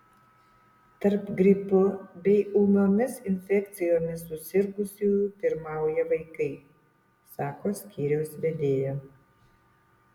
tarp gripu bei ūmiomis infekcijomis susirgusiųjų pirmauja vaikai sako skyriaus vedėja